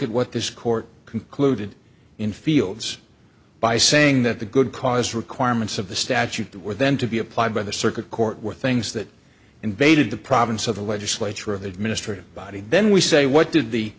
at what this court concluded in fields by saying that the good cause requirements of the statute that were then to be applied by the circuit court were things that invaded the province of the legislature of the administrative body then we say what did the